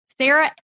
Sarah